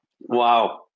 Wow